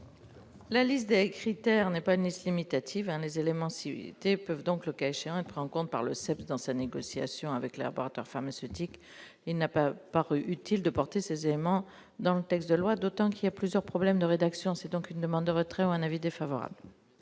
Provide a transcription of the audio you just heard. La liste des critères n'est pas n'est-ce limitative 1 les éléments cités peuvent donc, le cas échéant et prend en compte par le dans sa négociation avec les laboratoires pharmaceutiques, il n'a pas paru utile de porter ces éléments dans le texte de loi, d'autant qu'il y a plusieurs problèmes de rédaction, c'est donc une demande de retrait ou un avis défavorable.